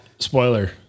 Spoiler